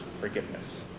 forgiveness